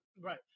Right